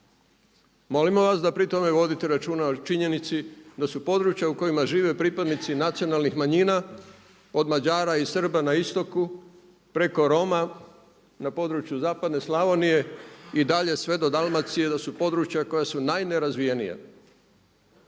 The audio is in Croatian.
Molimo vas da pri tome vodite računa o činjenici da su područja u kojima žive pripadnici nacionalnih manjina od Mađara i Srba na istoku preko Roma na području zapadne Slavonije i dalje sve do Dalmacije da su područja koja su najnerazvijenija.